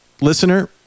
listener